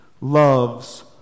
loves